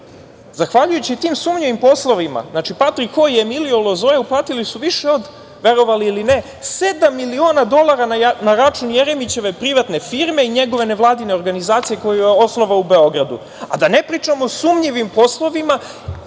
Lozoja. Zahvaljujući tim sumnjivim poslovima, Patrik Ho i Emilio Lozoja uplatili su više od, verovali ili ne, sedam miliona dolara na račun Jeremićeve privatne firme i njegove nevladine organizacije koju je osnovao u Beogradu, a da ne pričamo o sumnjivim poslovima